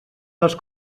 les